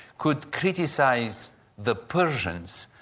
could criticise the persians,